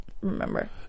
remember